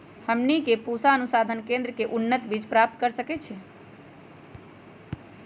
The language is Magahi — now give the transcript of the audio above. हमनी के पूसा अनुसंधान केंद्र से उन्नत बीज प्राप्त कर सकैछे?